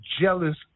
jealous